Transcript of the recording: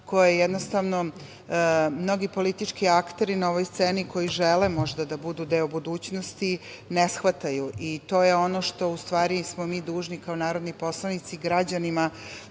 koje, jednostavno, mnogi politički akteri na ovoj sceni, koji žele možda da budu deo budućnosti, ne shvataju i to je ono što, u stvari, smo mi dužni kao narodni poslanici građanima